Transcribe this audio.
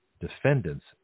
Defendants